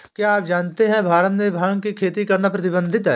क्या आप जानते है भारत में भांग की खेती करना प्रतिबंधित है?